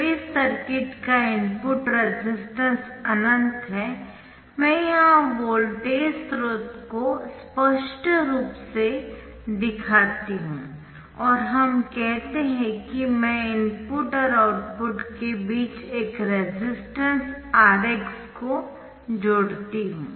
तो इस सर्किट का इनपुट रेसिस्टेंस अनंत है मैं यहां वोल्टेज स्रोत को स्पष्ट रूप से दिखाती हूं और हम कहते है कि मैं इनपुट और आउटपुट के बीच एक रेसिस्टेंस Rx को जोड़ती हूं